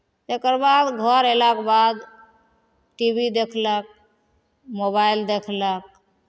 तकर बाद घर अयलाके बाद टी वी देखलक मोबाइल देखलक